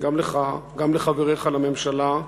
גם לך, גם לחבריך לממשלה,